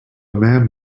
man